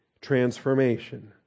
transformation